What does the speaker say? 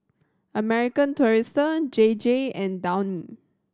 American Tourister J J and Downy